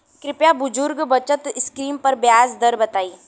कृपया बुजुर्ग बचत स्किम पर ब्याज दर बताई